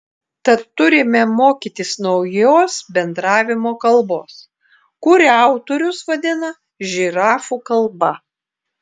tad turime mokytis naujos bendravimo kalbos kurią autorius vadina žirafų kalba